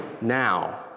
now